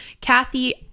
Kathy